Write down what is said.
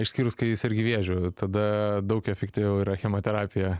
išskyrus kai sergi vėžiu tada daug efektyviau yra chemoterapija